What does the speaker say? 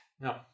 No